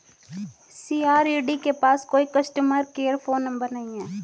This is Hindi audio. सी.आर.ई.डी के पास कोई कस्टमर केयर फोन नंबर नहीं है